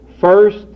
First